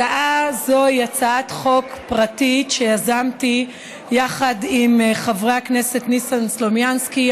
הצעה זו היא הצעת חוק פרטית שיזמתי יחד עם חברי הכנסת ניסן סלומינסקי,